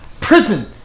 prison